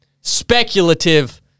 speculative